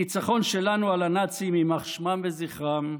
הניצחון שלנו על הנאצים, יימח שמם וזכרם,